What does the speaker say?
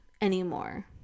anymore